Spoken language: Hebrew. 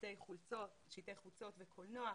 שלטי חוצות וקולנוע.